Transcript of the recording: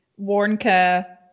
warnka